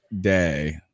day